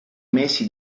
mesi